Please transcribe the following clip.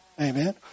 Amen